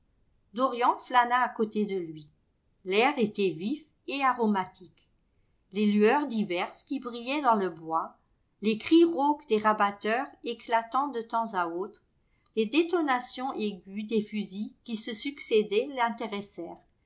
dorian flâna à côté de lui l'air était vif et aromatique les lueurs diverses qui brillaient dans le bois les cris rauques des rabatteurs éclatant de temps à autre les détonations aiguës des fusils qui se succédaient